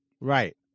Right